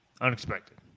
unexpected